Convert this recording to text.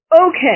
Okay